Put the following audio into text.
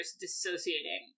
dissociating